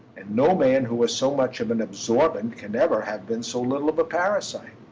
and no man who was so much of an absorbent can ever have been so little of a parasite.